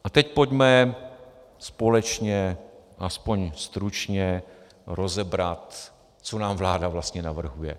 A teď pojďme společně aspoň stručně rozebrat, co nám vláda vlastně navrhuje.